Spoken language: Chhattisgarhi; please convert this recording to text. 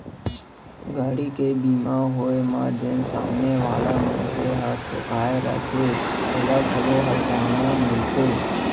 गाड़ी के बीमा होय म जेन सामने वाला मनसे ह ठोंकाय रथे ओला घलौ हरजाना मिलथे